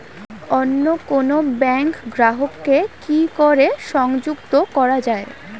অন্য কোনো ব্যাংক গ্রাহক কে কি করে সংযুক্ত করা য়ায়?